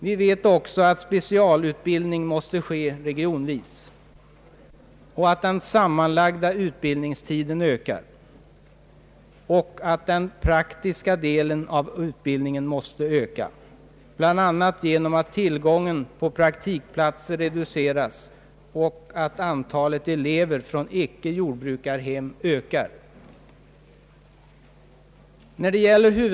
Vi vet också att specialutbildning måste ske regionvis, att den sammanlagda utbildningstiden ökar liksom den praktiska delen av utbildningen måste göra, då tillgången på praktikplatser reduceras, och att antalet elever från icke jordbrukarhem ökar.